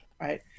right